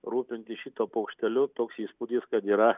rūpintis šituo paukšteliu toks įspūdis kad yra